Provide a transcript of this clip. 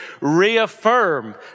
reaffirm